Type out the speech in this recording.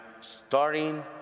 starting